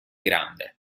grande